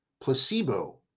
Placebo